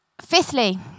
Fifthly